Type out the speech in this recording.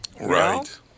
Right